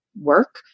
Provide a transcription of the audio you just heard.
work